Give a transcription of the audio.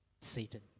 Satan